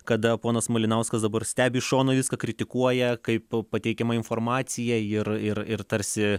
kada ponas malinauskas dabar stebi iš šono viską kritikuoja kaip pateikiama informaciją ir ir ir tarsi